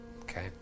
Okay